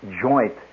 joint